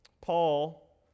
Paul